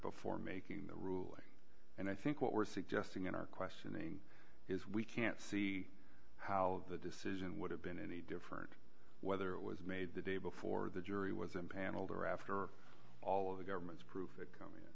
before making the ruling and i think what we're suggesting in our questioning is we can't see how the decision would have been any different whether it was made the day before the jury was impaneled or after all of the government's proof